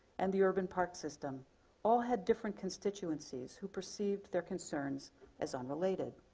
and the urban park system all had different constituencies who perceived their concerns as unrelated.